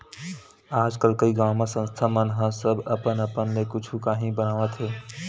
आजकल कइ गाँव म संस्था मन ह सब अपन अपन ले कुछु काही बनावत हे